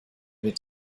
mit